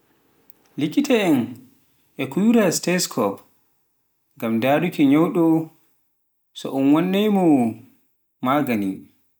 likita en e kuuwira e stesokop ngam ndaruuki nyauɗo, so un wannai mo maagani.